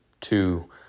two